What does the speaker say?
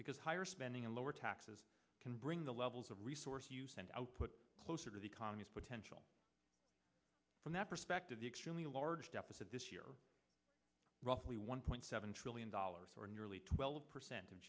because higher spending and lower taxes can bring the levels of resource use and output closer to the economies potential from that perspective the extremely large deficit this year roughly one point seven trillion dollars or nearly twelve percent of